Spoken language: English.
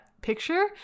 picture